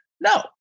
no